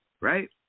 right